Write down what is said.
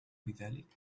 بذلك